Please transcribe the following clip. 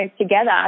together